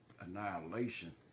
annihilation